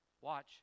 Watch